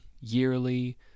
yearly